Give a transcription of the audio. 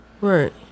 Right